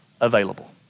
available